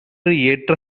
ஏற்ற